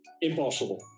impossible